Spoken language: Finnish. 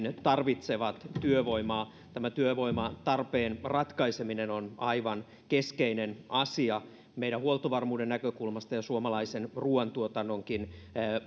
tarvitsevat työvoimaa tämä työvoimatarpeen ratkaiseminen on aivan keskeinen asia meidän huoltovarmuuden näkökulmasta ja suomalaisen ruoantuotannonkin